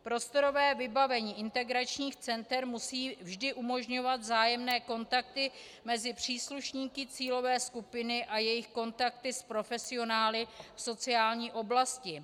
Prostorové vybavení integračních center musí vždy umožňovat vzájemné kontakty mezi příslušníky cílové skupiny a jejich kontakty s profesionály v sociální oblasti.